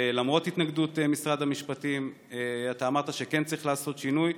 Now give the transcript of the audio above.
ולמרות התנגדות משרד המשפטים אתה אמרת שכן צריך לעשות שינוי,